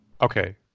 okay